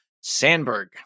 Sandberg